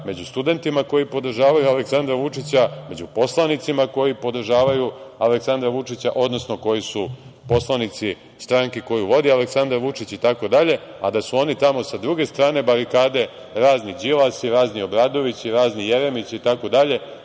među studentima koji podržavaju Aleksandra Vučića, među poslanicima koji podržavaju Aleksandra Vučića, odnosno koji su poslanici stranke koju vodi Aleksandar Vučić itd, a da su oni tamo sa druge strane barikade, razni Đilasi, razni Obradovići, razni Jeremići itd,